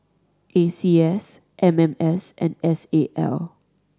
A C S M M S and S A L